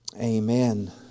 amen